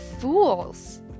fools